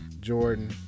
Jordan